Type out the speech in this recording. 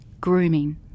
grooming